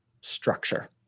structure